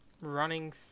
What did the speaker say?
Running